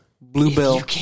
bluebell